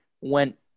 went